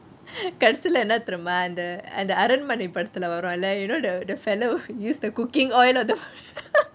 கடைசில என்ன தெரிமா அந்த அந்த அரண்மனை படத்துல வருமே:kadaisileh enna therimaa antha antha aranmani padathuleh varumleh you know the the fellow will use the cooking oil